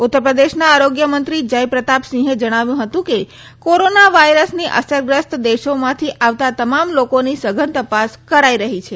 ઉત્તર પ્રદેશના આરોગ્યમંત્રી જયપ્રતાપસિંહે જણાવ્યું હતું કે કોરોના વાયરસની અસરગ્રસ્ત દેશોમાંથી આવતાં તમામ લોકોની સઘન તપાસ કરાઈ રહી છે